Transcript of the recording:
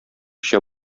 эчә